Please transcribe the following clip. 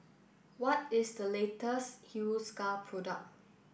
what is the latest Hiruscar product